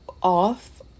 Off